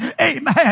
amen